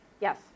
Yes